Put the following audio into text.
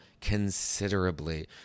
considerably